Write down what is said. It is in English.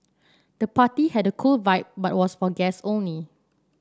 the party had a cool vibe but was for guest only